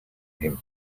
him